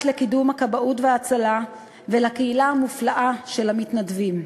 לקידום הכבאות וההצלה ולקהילה המופלאה של המתנדבים.